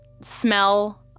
smell